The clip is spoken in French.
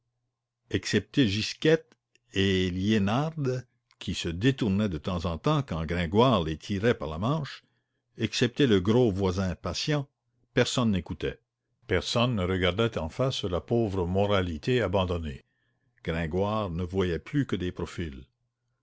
excepté gisquette et liénarde qui se détournaient de temps en temps quand gringoire les tirait par la manche excepté le gros voisin patient personne n'écoutait personne ne regardait en face la pauvre moralité abandonnée gringoire ne voyait plus que des profils